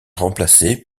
remplacée